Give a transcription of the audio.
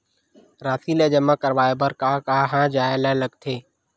राशि ला जमा करवाय बर कहां जाए ला लगथे